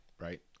right